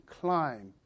climb